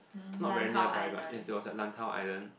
not very nearby but it was at Lantau Island